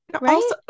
Right